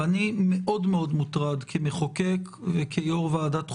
אני מאוד מאוד מוטרד, כמחוקק וכיו"ר ועדת חוקה,